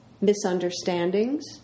misunderstandings